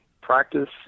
practice